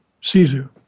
Caesar